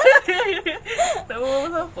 kelakar bodoh aku tiba-tiba like ah budak ni tak nak kasi duit